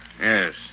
Yes